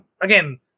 Again